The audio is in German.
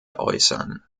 äußern